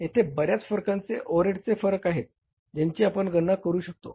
तेथे बऱ्याच प्रकारचे ओव्हरहेडची फरके आहे ज्यांची आपण गणना करू शकतो